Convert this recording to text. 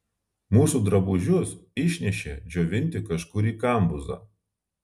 mūsų drabužius išnešė džiovinti kažkur į kambuzą